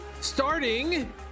starting